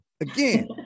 again